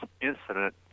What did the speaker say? incident